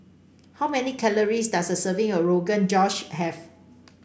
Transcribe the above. how many calories does a serving of Rogan Josh have